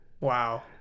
Wow